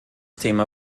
thema